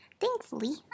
Thankfully